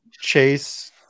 Chase